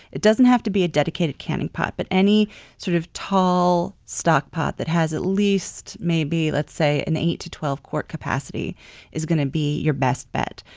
it doesn't have to be a dedicated canning pot, but any sort of tall stockpot that has at least maybe let's say and eight to twelve quarts capacity is going to be your best bet.